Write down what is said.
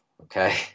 okay